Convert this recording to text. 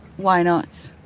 why not?